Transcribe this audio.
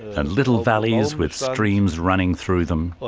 and little valleys with streams running through them.